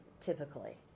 typically